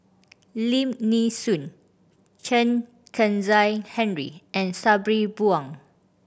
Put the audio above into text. Lim Nee Soon Chen Kezhan Henri and Sabri Buang